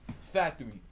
Factory